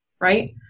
Right